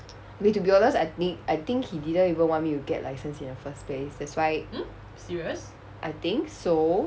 okay to be honest I think he didn't even want me to get licence in the first place that's why I think so